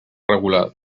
regular